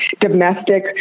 domestic